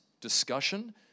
discussion